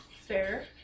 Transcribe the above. Fair